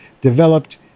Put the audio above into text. developed